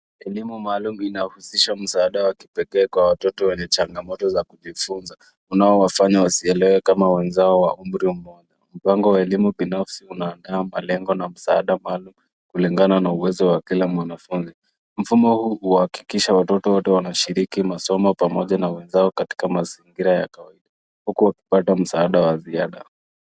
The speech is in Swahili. Elimu maalum inahusisha msaada wa kipekee kwa watoto wenye changamoto za kujifunza unaowafanya wasielewe kama wenzao wa umri mmoja. Mpango wa elimu binafsi unaandaa malengo na msaada maalum, kulingana na uwezo wa kila mwanafunzi. Mfumo huu huhakikisha watoto wote wanashiriki masomo pamoja na wenzao katika mazingira ya kawaida huku wakipata msaada wa ziada.